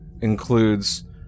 includes